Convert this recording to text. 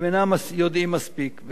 הם אינם יודעים מספיק.